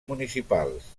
municipals